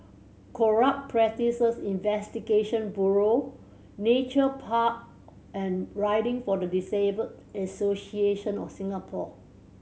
Corrupt Practices Investigation Bureau Nature Park and Riding for the Disabled Association of Singapore